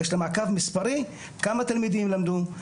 יש למורה מעקב מספרי כמה תלמידים למדו,